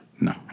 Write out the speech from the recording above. No